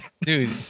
dude